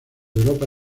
europa